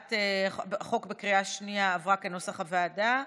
הצעת החוק עברה בקריאה השנייה כנוסח הוועדה.